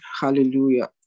Hallelujah